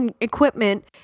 equipment